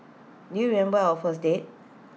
do you remember our first date